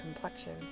complexion